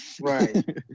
Right